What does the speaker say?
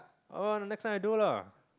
ah the next time I do ah